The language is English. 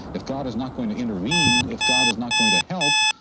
if god is not going to intervene, if god is not going to help,